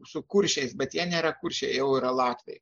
su kuršiais bet jie nėra kuršiai jau yra latviai